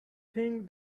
think